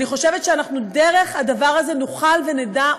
אני חושבת שאנחנו דרך הדבר הזה נוכל ונדע,